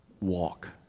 Walk